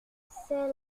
c’est